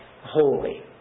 holy